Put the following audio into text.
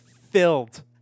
Filled